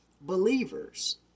believers